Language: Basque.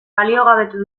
baliogabetu